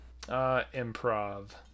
Improv